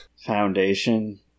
foundation